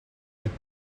would